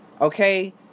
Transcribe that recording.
Okay